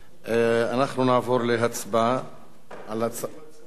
נעבור להצבעה על, אני מצביע ביד.